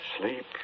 Sleep